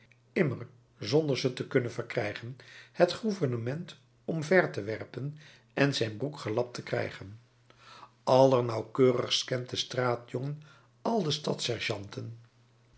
immer zonder ze te kunnen verkrijgen het gouvernement omver te werpen en zijn broek gelapt te krijgen allernauwkeurigst kent de straatjongen al de